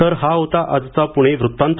तर हा होता आजचा पुणे वृत्तांत